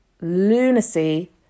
lunacy